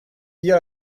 diğer